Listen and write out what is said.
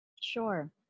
sure